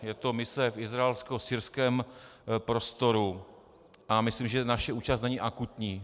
Je to mise v izraelskosyrském prostoru a myslím, že naše účast není akutní.